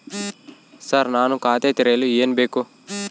Sir ನಾನು ಖಾತೆ ತೆರೆಯಲು ಏನು ಬೇಕು?